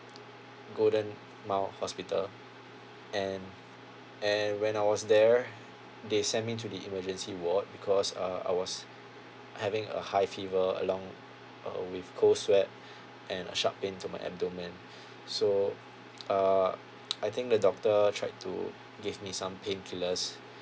golden mile hospital and and when I was there they sent me to the emergency ward because uh I was having a high fever along uh with cold sweat and a sharp pain into my abdomen so uh I think the doctor tried to gave me some painkillers